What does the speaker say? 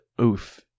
oof